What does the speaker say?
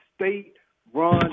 state-run